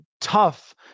tough